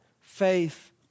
faith